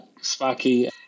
Sparky